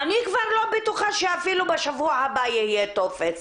אני כבר לא בטוחה שאפילו בשבוע הבא יהיה טופס.